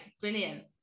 brilliant